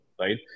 right